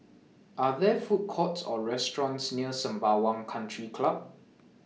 Are There Food Courts Or restaurants near Sembawang Country Club